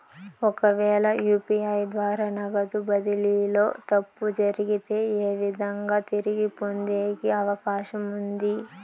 ఒకవేల యు.పి.ఐ ద్వారా నగదు బదిలీలో తప్పు జరిగితే, ఏ విధంగా తిరిగి పొందేకి అవకాశం ఉంది?